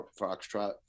Foxtrot